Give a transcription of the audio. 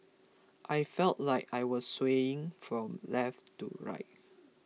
I felt like I was swaying from left to right